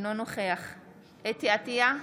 אינו נוכח חוה אתי עטייה,